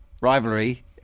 rivalry